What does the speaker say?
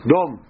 Dom